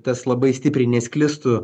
tas labai stipriai nesklistų